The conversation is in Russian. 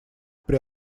при